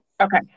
Okay